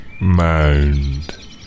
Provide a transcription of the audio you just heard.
Mound